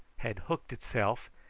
had hooked itself,